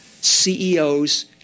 CEOs